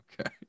Okay